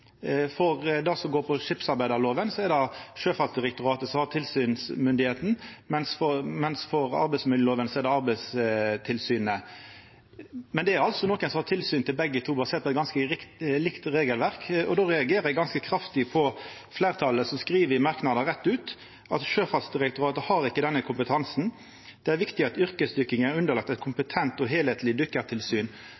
For det som går på skipsarbeidslova, er det Sjøfartsdirektoratet som har tilsynsmyndet, mens for arbeidsmiljølova er det Arbeidstilsynet. Men det er altså nokon som har tilsyn med begge delar, basert på eit ganske likt regelverk, og då reagerer eg ganske kraftig på at fleirtalet rett ut skriv i merknadene: «Sjøfartsdirektoratet har ikke denne kompetansen. Det er viktig at yrkesdykking er underlagt et kompetent og helhetlig dykketilsyn.» Eit